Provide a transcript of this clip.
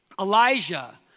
Elijah